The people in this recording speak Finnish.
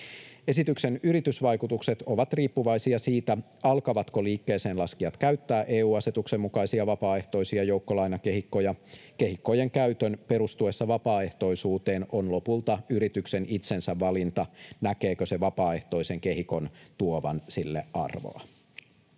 Esityksen yritysvaikutukset ovat riippuvaisia siitä, alkavatko liikkeeseenlaskijat käyttää EU-asetuksen mukaisia vapaaehtoisia joukkolainakehikkoja. Kehikkojen käytön perustuessa vapaaehtoisuuteen on lopulta yrityksen itsensä valinta, näkeekö se vapaaehtoisen kehikon tuovan sille arvoa.